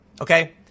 Okay